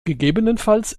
gegebenenfalls